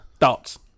Thoughts